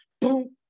boom